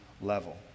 level